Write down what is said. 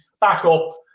backup